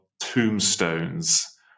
Tombstones